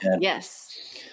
yes